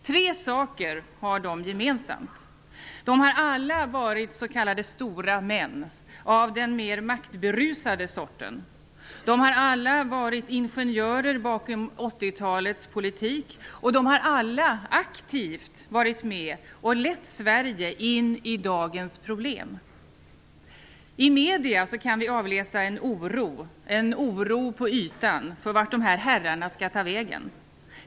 Tre saker har de gemensamt: de har alla varit s.k. stora män av den mer maktberusade sorten, de har alla varit ingenjörer bakom 80-talets politik och de har alla aktivt varit med om att leda Sverige in i dagens problem. I medierna kan vi avläsa en oro -- en oro på ytan -- för vart dessa herrar skall ta vägen.